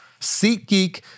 SeatGeek